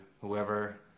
whoever